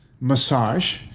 massage